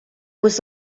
was